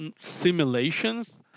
simulations